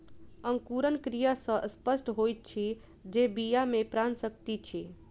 अंकुरण क्रिया सॅ स्पष्ट होइत अछि जे बीया मे प्राण शक्ति अछि